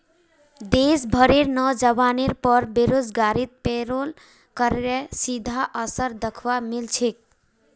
देश भरेर नोजवानेर पर बेरोजगारीत पेरोल करेर सीधा असर दख्वा मिल छेक